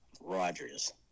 Rogers